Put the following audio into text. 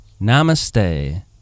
Namaste